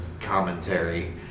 commentary